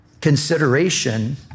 consideration